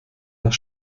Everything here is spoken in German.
nach